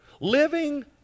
living